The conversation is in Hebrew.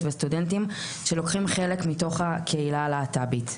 וסטודנטים שלוקחים חלק בתוך הקהילה הלהט"בית.